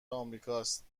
امریکاست